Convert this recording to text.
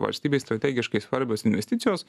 valstybei strategiškai svarbios investicijos